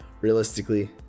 realistically